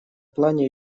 плане